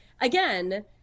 again